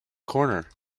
corner